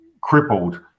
crippled